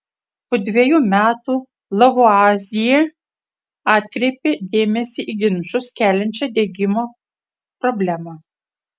po dvejų metų lavuazjė atkreipė dėmesį į ginčus keliančią degimo problemą